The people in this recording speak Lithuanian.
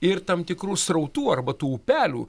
ir tam tikrų srautų arba tų upelių